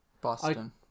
Boston